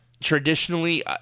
traditionally